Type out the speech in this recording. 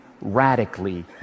radically